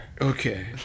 Okay